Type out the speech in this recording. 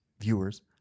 viewers